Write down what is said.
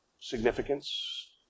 significance